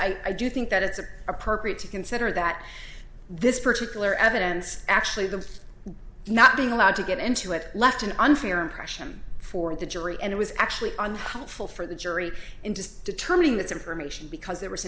but i do think that it's appropriate to consider that this particular evidence actually the not being allowed to get into it left an unfair impression for the jury and it was actually on helpful for the jury into determining that information because there was